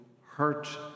hurt